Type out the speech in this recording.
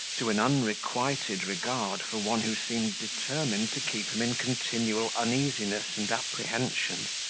to an unrequited regard for one who seemed determined to keep him in continual uneasiness and apprehension.